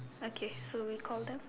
okay so we call them